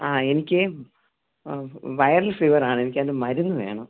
ആ എനിക്ക് viral fever ആണ് എനിക്ക് അതിൻ്റെ മരുന്ന് വേണം